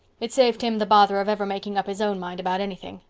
it saved him the bother of ever making up his own mind about anything.